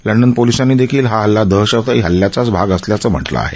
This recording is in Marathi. लंडन पोलिसांनी देखील हा हल्ला दहशतवादी हल्ल्याचाच भाग असल्याचं म्हटलं आहे